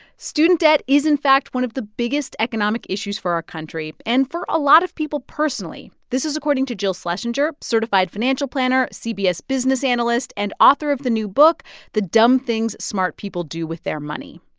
student debt is, in fact, one of the biggest economic issues for our country and for a lot of people personally. this is according to jill schlesinger, certified financial planner, cbs business analyst and author of the new book the dumb things smart people do with their money.